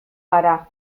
gara